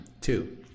Two